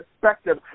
perspective